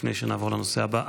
לפני שנעבור לנושא הבא.